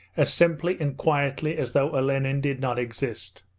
as simply and quietly as though olenin did not exist.